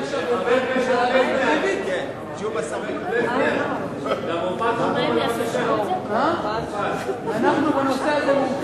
מופז אנו בנושא הזה,